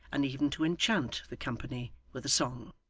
and even to enchant the company with a song.